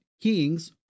kings